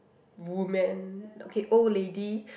woman okay old lady